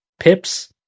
pips